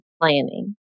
planning